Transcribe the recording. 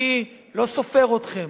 אני לא סופר אתכם,